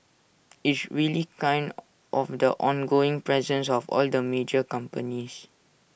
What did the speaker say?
it's really kind of the ongoing presence of all the major companies